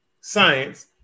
science